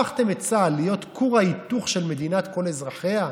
הפכתם את צה"ל להיות כור ההיתוך של מדינת כל אזרחיה?